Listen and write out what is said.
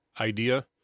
idea